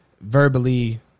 verbally